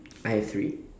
I have three